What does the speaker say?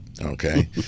okay